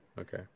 Okay